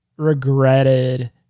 regretted